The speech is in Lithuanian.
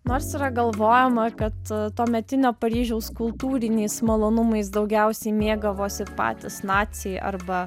nors yra galvojama kad tuometinio paryžiaus kultūriniais malonumais daugiausiai mėgavosi patys naciai arba